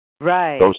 Right